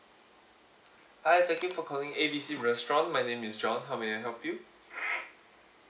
hi thank you for calling A B C restaurant my name is john how may I help you